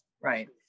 Right